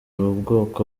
ubwoko